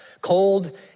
cold